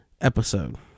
episode